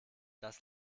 das